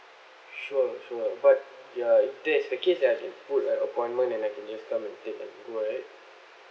sure sure but ya if that's the case then I have to book an appointment and I can just come and take and go right